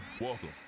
Welcome